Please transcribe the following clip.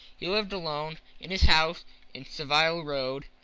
he lived alone in his house in saville row,